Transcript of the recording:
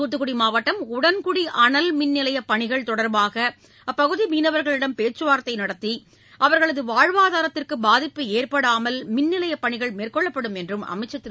தூத்துக்குடி மாவட்டம் உடன்குடி அனல் மின்நிலையப் பணிகள் தொடர்பாக அப்பகுதி மீனவர்களிடம் பேச்சுவார்த்தை நடத்தி அவர்களது வாழ்வாதாரத்திற்கு பாதிப்பு ஏற்படாமல் மின்நிலையப் பணிகள் மேற்கொள்ளப்படும் என்றும் அமைச்சர் திரு